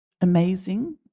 amazing